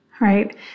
right